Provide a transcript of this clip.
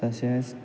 तशेंच